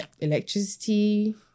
electricity